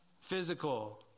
physical